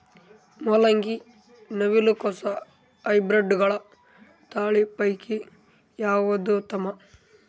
ಮೊಲಂಗಿ, ನವಿಲು ಕೊಸ ಹೈಬ್ರಿಡ್ಗಳ ತಳಿ ಪೈಕಿ ಯಾವದು ಉತ್ತಮ?